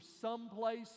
someplace